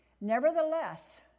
Nevertheless